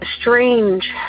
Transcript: strange